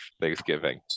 Thanksgiving